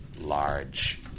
large